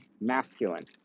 masculine